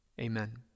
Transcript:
amen